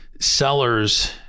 sellers